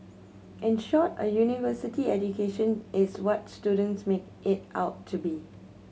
in short a university education is what students make it out to be